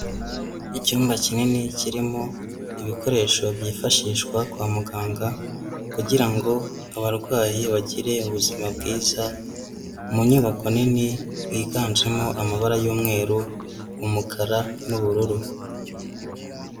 Icyumba kinini kirimo ibikoresho byifashishwa kwa muganga kugirango abarwayi bagire ubuzima bwiza, mu nyubako nini yiganjemo amabara y'umweru, umukara n'ubururu.